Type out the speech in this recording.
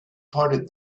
prodded